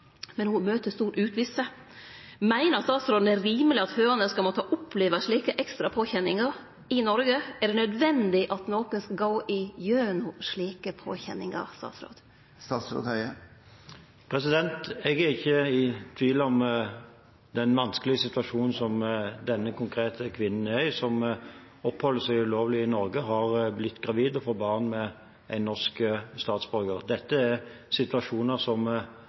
men ho møter stor uvisse. Meiner statsråden det er rimeleg at fødande skal måtte oppleve slike ekstra påkjenningar i Noreg? Er det nødvendig at nokon skal gå gjennom slike påkjenningar? Jeg er ikke i tvil om den vanskelige situasjonen som denne konkrete kvinnen er i, som oppholder seg ulovlig i Norge, og som har blitt gravid og fått barn med en norsk statsborger. Dette er situasjoner som